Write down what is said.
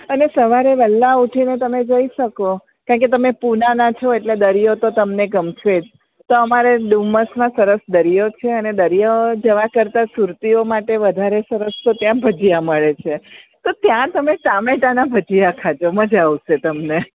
અને સવારે વહેલાં ઊઠીને તમે જઈ શકો કારણકે તમે પૂનાના છો એટલે દરિયો તો તમને ગમશે જ તો અમારે ડુમસમાં સરસ દરિયો છે અને દરિયો જવા કરતાં સુરતીઓ માટે વધારે સરસ ત્યાં ભજીયા મળે છે તો ત્યાં તમે ટામેટાના ભજીયા ખાજો મજ્જા આવશે તમને